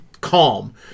calm